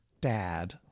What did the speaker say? dad